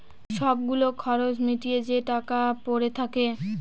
সব গুলো খরচ মিটিয়ে যে টাকা পরে থাকে